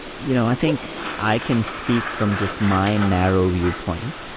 you know, i think i can speak from just my narrow viewpoint.